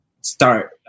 start